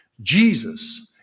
Jesus